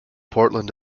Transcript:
portland